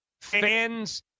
fans –